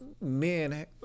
men